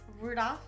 Rudolph